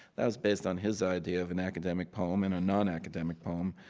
that was based on his idea of an academic poem and a non-academic poem